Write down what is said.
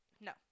no